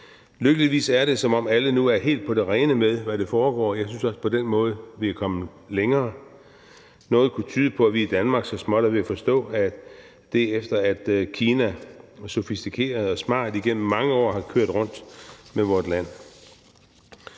Lykkeligvis er det, som om alle nu er helt på det rene med, hvad der foregår, og jeg synes også, at vi på den måde er kommet længere. Noget kunne tyde på, at vi i Danmark så småt er ved at forstå det, efter at Kina sofistikeret og smart igennem mange år har kørt rundt med vort land.